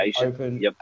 open